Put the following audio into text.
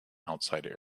outside